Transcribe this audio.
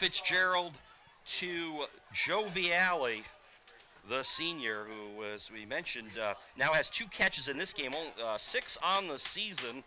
fitzgerald to show the alley the senior who was we mentioned now it's two catches in this game all six on the season